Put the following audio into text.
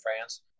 France